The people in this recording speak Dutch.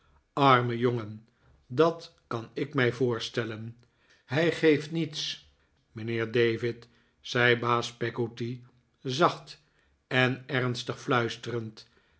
arme jongen dat kan ik mij voorstellen hij geeft niets mijnheer david zei baas peggotty zacht en ernstig fluisterend